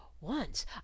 Once